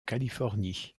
californie